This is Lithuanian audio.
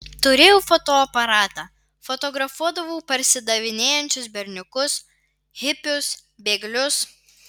turėjau fotoaparatą fotografuodavau parsidavinėjančius berniukus hipius bėglius